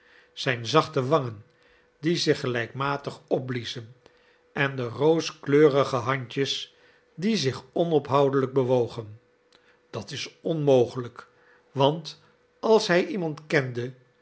zijn zachte wangen die zich gelijkmatig opbliezen en de rooskleurige handjes die zich onophoudelijk bewogen dat is onmogelijk want als hij iemand kende